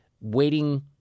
waiting